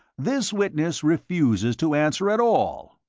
this witness refuses to answer at all.